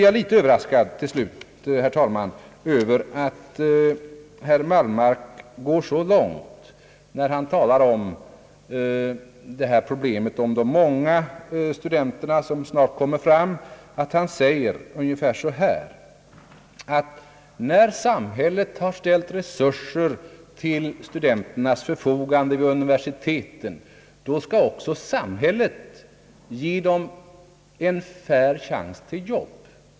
Jag blev, herr talman, något överraskad över att herr Wallmark, när han talar om problemet med det väntade stora antalet studenter, går så långt att han säger ungefär på följande sätt: När samhället har ställt resurser till studenternas förfogande vid universiteten skall också samhället ge dem en fair chans till jobb.